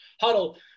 huddle